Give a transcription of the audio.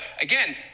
again